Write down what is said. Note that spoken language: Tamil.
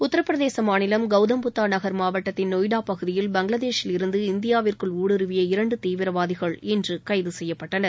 உத்தரப் பிரதேச மாநிலம் கௌதம் புத்தா நகர் மாவட்டத்தின் நொய்டா பகுதியில் பங்களாதேஷில் இருந்து இந்தியாவிற்குள் ஊடுருவிய இரண்டு தீவிரவாதிகள் இன்று கைது செய்யப்பட்டனர்